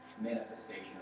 manifestation